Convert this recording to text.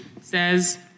says